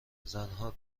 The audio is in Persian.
زنها